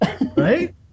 Right